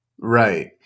Right